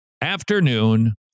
afternoon